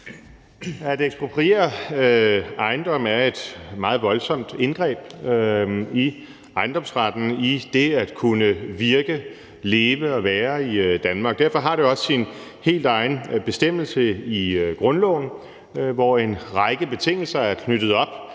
At ekspropriere ejendomme er et meget voldsomt indgreb i ejendomsretten, i det at kunne virke, leve og være i Danmark. Derfor har det også sin helt egen bestemmelse i grundloven, hvor en række betingelser er knyttet op